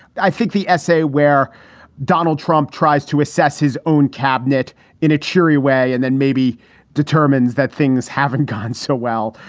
i think the essay where donald trump tries to assess his own cabinet in a cheery way and then maybe determines that things haven't gone so well.